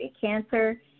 cancer